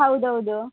ಹೌದೌದು